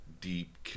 deep